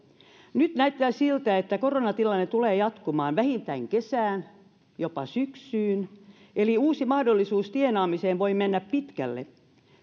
nyt näyttää siltä että koronatilanne tulee jatkumaan vähintään kesään jopa syksyyn eli uusi mahdollisuus tienaamiseen voi mennä pitkälle